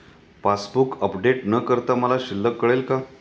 Passbook update न करता मला शिल्लक कळेल का?